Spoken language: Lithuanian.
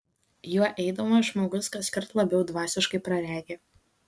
juo eidamas žmogus kaskart labiau dvasiškai praregi